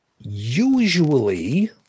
Usually